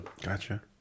Gotcha